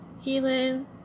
healing